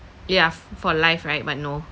yeah for life right but no